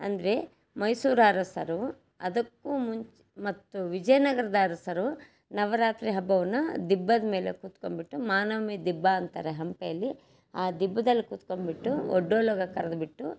ಅಂದರೆ ಮೈಸೂರು ಅರಸರು ಅದಕ್ಕೂ ಮುಂಚೆ ಮತ್ತು ವಿಜಯನಗರದ ಅರಸರು ನವರಾತ್ರಿ ಹಬ್ಬವನ್ನು ದಿಬ್ಬದ ಮೇಲೆ ಕೂತ್ಕೊಂಡ್ಬಿಟ್ಟು ಮಹಾನವ್ಮಿ ದಿಬ್ಬ ಅಂತಾರೆ ಹಂಪೆಯಲ್ಲಿ ಆ ದಿಬ್ಬದಲ್ಲಿ ಕೂತ್ಕೊಂಡ್ಬಿಟ್ಟು ಒಡ್ಡೋಲಗ ಕರೆದ್ಬಿಟ್ಟು